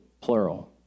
plural